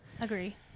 Agree